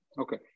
Okay